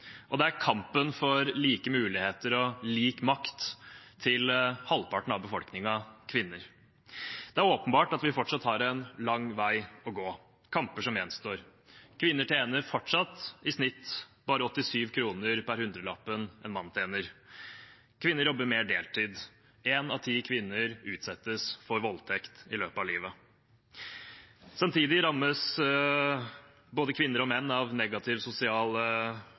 og fra negativ sosial kontroll, og det er kampen for like muligheter og lik makt til halvparten av befolkningen, kvinner. Det er åpenbart at vi fortsatt har en lang vei å gå og kamper som gjenstår. Kvinner tjener fortsatt i snitt bare 87 kr per hundrelapp en mann tjener. Kvinner jobber mer deltid. Én av ti kvinner utsettes for voldtekt i løpet av livet. Samtidig rammes både kvinner og menn av negativ sosial